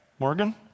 Morgan